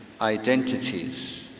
identities